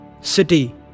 city